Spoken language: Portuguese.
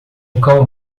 cão